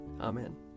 Amen